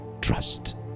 Trust